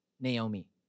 Naomi